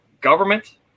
government